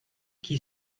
qui